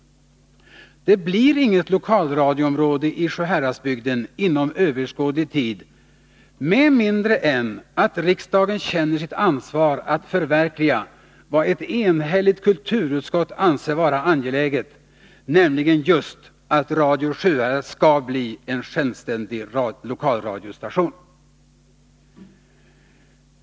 Det blir inget lokalradioområde i Sjuhäradsbygden inom överskådlig tid med mindre riksdagen känner sitt ansvar att förverkliga vad ett enhälligt kulturutskott anser vara angeläget, nämligen just att Radio Sjuhärad skall bli en självständig lokalradiostation.